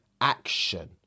Action